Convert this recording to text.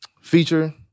Feature